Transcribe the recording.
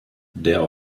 der